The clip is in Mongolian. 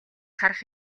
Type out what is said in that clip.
харах